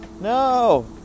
No